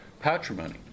patrimony